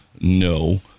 no